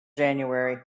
january